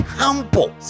humble